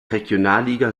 regionalliga